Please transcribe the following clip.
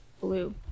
blue